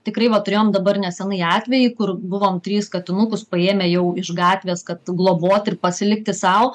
tikrai va turėjom dabar nesenai atvejį kur buvom trys katinukus paėmę jau iš gatvės kad globoti ir pasilikti sau